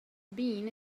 bean